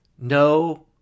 No